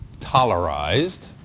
tolerized